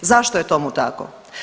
Zašto je tomu tako?